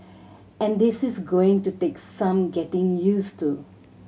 and this is going to take some getting use to